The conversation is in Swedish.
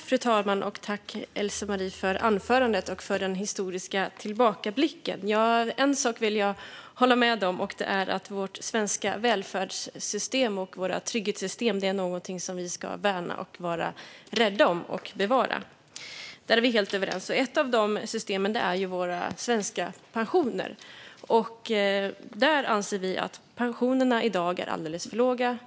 Fru talman! Tack, Elsemarie Bjellqvist, för anförandet och för den historiska tillbakablicken! En sak vill jag hålla med om. Det är att vårt svenska välfärdssystem och våra svenska trygghetssystem är någonting vi ska värna, vara rädda om och bevara. Där är vi helt överens. Ett av de systemen är våra svenska pensioner. Där anser vi att pensionerna i dag är alldeles för låga.